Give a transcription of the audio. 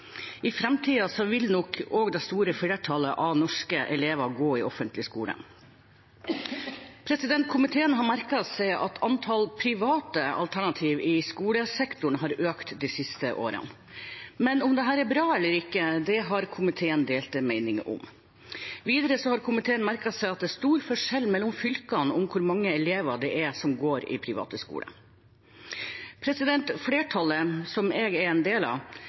vil nok også det store flertallet av norske elever gå på offentlig skole. Komiteen har merket seg at antallet private alternativ i skolesektoren har økt de siste årene, men om dette er bra eller ikke, har komiteen delte meninger om. Videre har komiteen merket seg at det er stor forskjell mellom fylkene når det gjelder hvor mange elever det er som går i private skoler. Flertallet, som jeg er en del av,